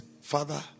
Father